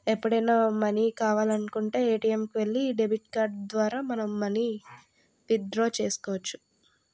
ఎప్పుడైనా మనీ కావాలనుకుంటే ఏటీఎంకి వెళ్లి డెబిట్ కార్డ్ ద్వారా మనం మనీ విత్డ్రా చేసుకోవచ్చు